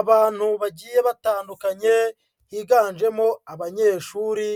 Abantu bagiye batandukanye higanjemo abanyeshuri